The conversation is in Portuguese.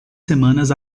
semanas